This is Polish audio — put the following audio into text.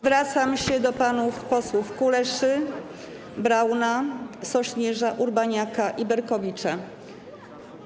Zwracam się do panów posłów Kuleszy, Brauna, Sośnierza, Urbaniaka i Berkowicza.